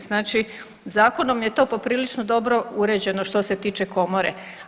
Znači zakonom je to poprilično dobro uređeno što se tiče Komore.